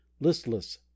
listless